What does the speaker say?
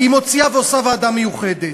היא מוציאה ועושה ועדה מיוחדת.